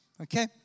okay